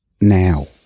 now